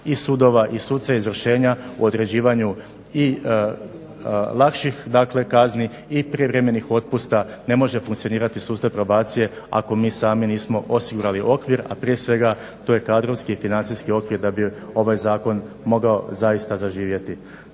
i sudova i suca izvršenja u određivanju i lakših dakle kazni i prijevremenih otpusta ne može funkcionirati sustav probacije ako mi sami nismo osigurali okvir, a prije svega to je kadrovski i financijski okvir da bi ovaj zakon mogao zaista zaživjeti.